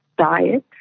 diet